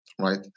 Right